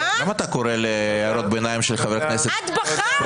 למה אתה קורא להערות ביניים של חבר כנסת פרובוקציה?